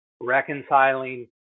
reconciling